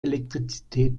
elektrizität